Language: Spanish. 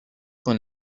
con